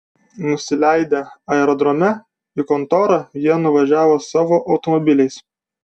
nusileidę aerodrome į kontorą jie nuvažiavo savo automobiliais